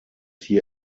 hier